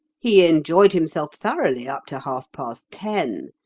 he enjoyed himself thoroughly up to half-past ten.